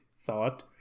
thought